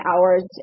hours